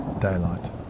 daylight